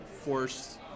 force